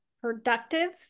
productive